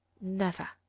never.